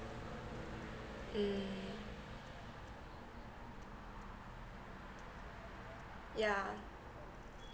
mm yeah